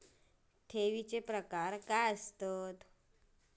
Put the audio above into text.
ठेवीचो प्रकार काय असा?